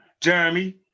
Jeremy